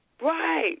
Right